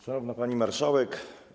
Szanowna Pani Marszałek!